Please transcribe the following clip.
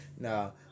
no